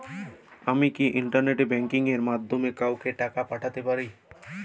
আমি কি internet banking এর মাধ্যমে কাওকে টাকা পাঠাতে পারি?